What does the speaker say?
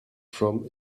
from